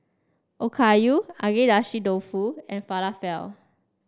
Okayu Agedashi Dofu and Falafel